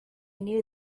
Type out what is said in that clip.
knew